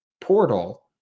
Portal